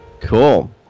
cool